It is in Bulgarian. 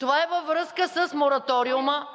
Това е във връзка с мораториума